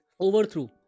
overthrew